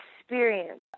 experience